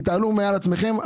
תתעלו מעל עצמכם.